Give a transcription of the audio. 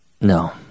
No